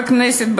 בכנסת,